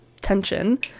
tension